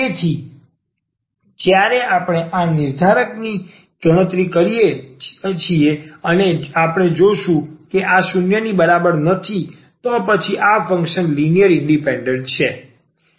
તેથી જ્યારે આપણે આ નિર્ધારકની ગણતરી કરીએ છીએ અને આપણે જોશું કે આ 0 ની બરાબર નથી તો પછી આ ફંક્શન ો લિનિયર ઇન્ડિપેન્ડન્ટ છે